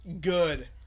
good